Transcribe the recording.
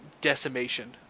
decimation